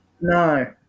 No